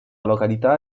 località